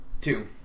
Two